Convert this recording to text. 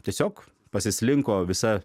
tiesiog pasislinko visa